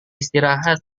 istirahat